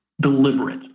deliberate